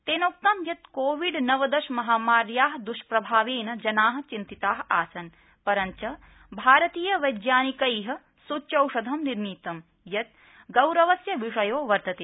तेनोक्तं यत् कोविड नवदश महामार्या द्ष्प्रभावेन जना चिन्तिता आसन् परं च भारतीय वैज्ञानिकै सूच्यौषधं निर्मितम् यत् गौरवस्य विषयो वर्तते